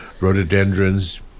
rhododendrons